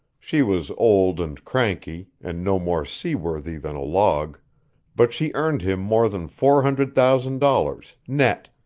she was old, and cranky, and no more seaworthy than a log but she earned him more than four hundred thousand dollars, net,